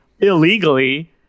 illegally